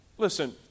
listen